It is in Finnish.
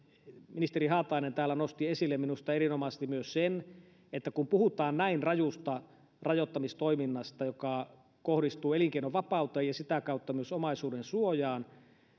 ministeri haatainen täällä nosti esille minusta erinomaisesti myös sen että kun puhutaan näin rajusta rajoittamistoiminnasta joka kohdistuu elinkeinovapauteen ja sitä kautta myös omaisuudensuojaan